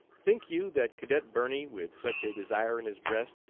think you that cadet birney, with such a desire in his breast,